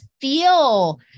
feel